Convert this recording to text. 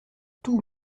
tout